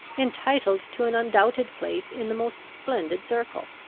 entitled to an undoubted place in the most splendid circle.